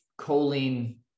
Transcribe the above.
choline